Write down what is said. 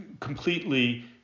completely